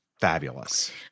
Fabulous